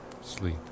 sleep